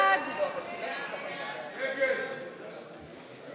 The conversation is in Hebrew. ההסתייגות של קבוצת סיעת המחנה הציוני לסעיף